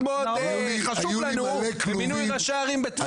מאוד חשוב לנו למינוי ראשי ערים בטבריה.